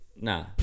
Nah